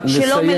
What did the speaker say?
נא לסיים.